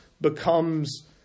becomes